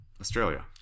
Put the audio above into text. Australia